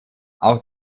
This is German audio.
auch